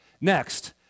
Next